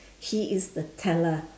he is the teller